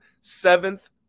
seventh